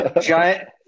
giant